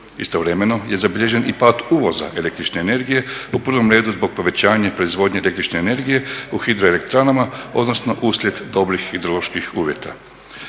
Istovremeno je zabilježen i pad uvoza električne energije, u prvom redu zbog povećanja proizvodnje električne energije u hidroelektranama, odnosno uslijed dobrih ideoloških uvjeta.